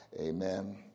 Amen